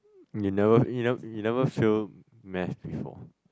you never you never you never fail math before